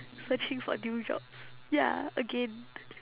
searching for new job ya again